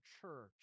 church